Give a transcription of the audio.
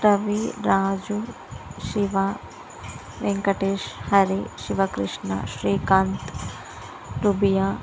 Ravi Raju Shiva Venkatesh Hari Shivakrishna Srikanth Rubia